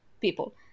people